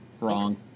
Wrong